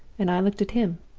and i looked at him.